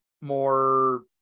more